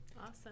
Awesome